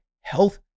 health